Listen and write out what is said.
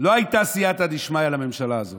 לא הייתה סייעתא דשמיא לממשלה הזאת.